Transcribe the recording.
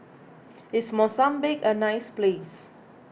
is Mozambique a nice place